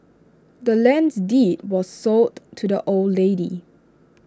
the land's deed was sold to the old lady